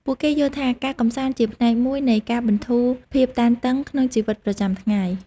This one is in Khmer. ពួកគេយល់ថា ការកម្សាន្តជាផ្នែកមួយនៃការបន្ធូរភាពតានតឹងក្នុងជីវិតប្រចាំថ្ងៃ។